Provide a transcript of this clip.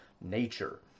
nature